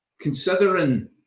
Considering